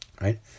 right